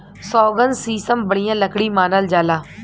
सौगन, सीसम बढ़िया लकड़ी मानल जाला